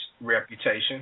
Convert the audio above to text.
reputation